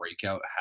breakout